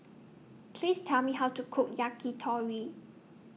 Please Tell Me How to Cook Yakitori